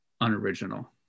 unoriginal